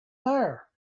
there